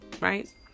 right